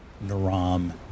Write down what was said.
Naram